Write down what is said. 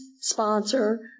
sponsor